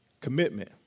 commitment